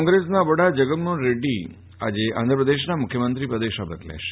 કોંગ્રેસના વડા જગનમોફન રેકી આજે આંધ્રપ્રદેશના મુખ્યમંત્રી પદે શપથ લેશે